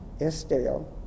Estelle